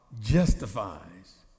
justifies